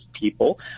people